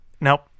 nope